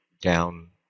down